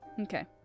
Okay